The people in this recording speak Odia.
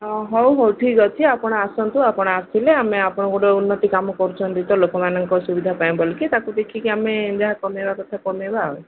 ହଁ ହଉ ହଉ ଠିକ୍ ଅଛି ଆପଣ ଆସନ୍ତୁ ଆପଣ ଆସିଲେ ଆମେ ଆପଣ ଗୋଟେ ଉନ୍ନତି କାମ କରୁଛନ୍ତି ତ ଲୋକମାନଙ୍କ ସୁବିଧା ପାଇଁ ବୋଲିକି ତାକୁ ଦେଖିକି ଆମେ ଯାହା କମେଇବା କଥା କମେଇବା ଆଉ